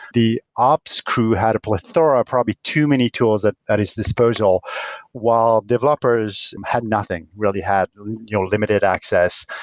the ops crew had a plethora, probably too many tools that at its disposal while developers had nothing, really had you know limited access.